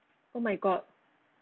oh my god